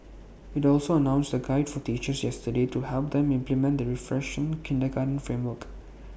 IT also announced A guide for teachers yesterday to help them implement the refreshed kindergarten framework